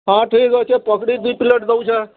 ହଁ ଠିକ୍ ଅଛେ ପକ୍ଡ଼ି ଦୁଇ ପ୍ଲେଟ୍ ଦଉଛେଁ